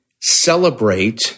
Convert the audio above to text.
celebrate